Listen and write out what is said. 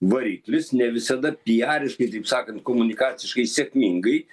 variklis ne visada piariškai taip sakant komunikaciškai sėkmingai